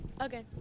Okay